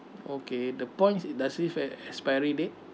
okay the points does it has expiry date